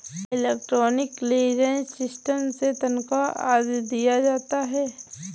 electronic clearance system से तनख्वा आदि दिया जाता है